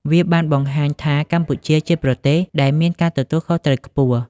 វាបានបង្ហាញថាកម្ពុជាជាប្រទេសដែលមានការទទួលខុសត្រូវខ្ពស់។